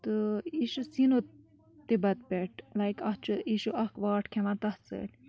تہٕ یہِ چھِ سیٖنو تبت پٮ۪ٹھ لایک اَتھ چھُ یہِ چھُ اَکھ واٹھ کھٮ۪وان تَتھ سۭتۍ